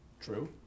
True